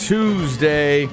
Tuesday